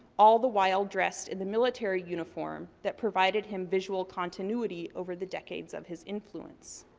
all the while dressed in the military uniform that provided him visual continuity over the decades of his influence.